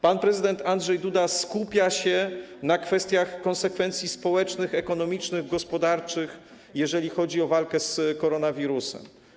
Pan prezydent Andrzej Duda skupia się na kwestiach konsekwencji społecznych, ekonomicznych, gospodarczych, jeżeli chodzi o walkę z koronawirusem.